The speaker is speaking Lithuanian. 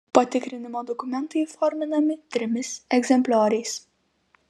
patikrinimo dokumentai įforminami trimis egzemplioriais